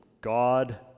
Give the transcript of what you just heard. God